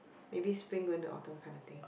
maybe Spring going to Autumn kind of thing